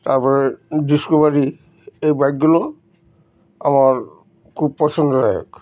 তারপরে ডিসকোভারি এই বাইকগুলো আমার খুব পছন্দদায়ক